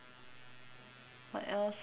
what else